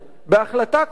בהחלטה כלשהי,